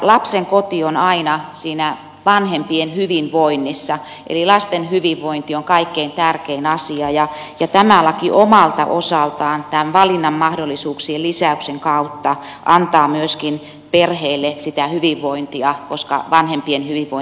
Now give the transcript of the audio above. lapsen koti on aina siinä vanhempien hyvinvoinnissa eli lasten hyvinvointi on kaikkein tärkein asia ja tämä laki omalta osaltaan tämän valinnanmahdollisuuksien lisäyksen kautta antaa myöskin perheille sitä hyvinvointia koska vanhempienkin hyvinvointi lisääntyy